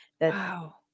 Wow